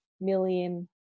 million